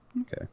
Okay